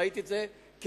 ראיתי את זה כברכה,